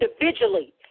individually